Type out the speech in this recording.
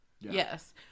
Yes